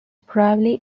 probably